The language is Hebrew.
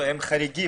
הם חריגים,